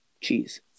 cheese